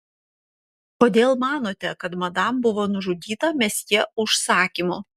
kodėl manote kad madam buvo nužudyta mesjė užsakymu